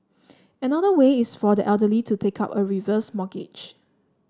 another way is for the elderly to take up a reverse mortgage